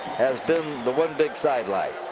has been the one big sidelight.